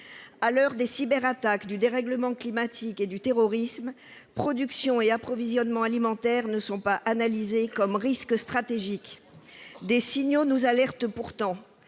À l'heure des cyberattaques, du dérèglement climatique et du terrorisme, production et approvisionnement alimentaires ne sont pas analysés comme des risques stratégiques. Des signaux nous alertent pourtant.